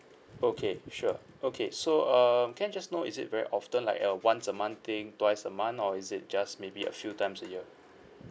okay sure okay so um can I just know is it very often like a once a month thing twice a month or is it just maybe a few times a year